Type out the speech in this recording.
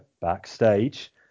backstage